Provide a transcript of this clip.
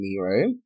right